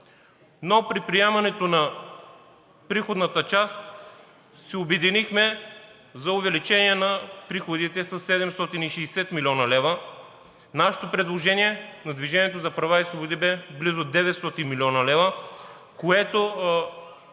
но при приемането на приходната част се обединихме за увеличение на приходите със 760 млн. лв. Нашето предложение – на „Движение за права и свободи“, бе за близо 900 млн. лв., което